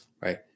right